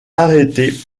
arrêtés